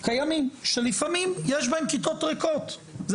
קיימים שלפעמים יש בהם כיתות ריקות זה